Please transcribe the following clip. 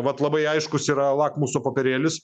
vat labai aiškus yra lakmuso popierėlis